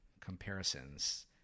comparisons